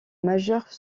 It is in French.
majeure